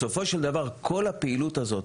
בסופו של דבר כל הפעילות הזאת,